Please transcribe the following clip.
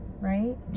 right